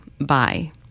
bye